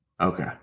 okay